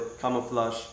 camouflage